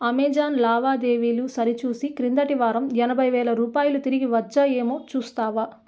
Amazon లావాదేవీలు సరిచూసి క్రిందటి వారం ఎనభై వేల రూపాయలు తిరిగి వచ్చాయేమో చూస్తావా